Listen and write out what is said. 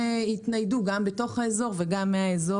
ממעלות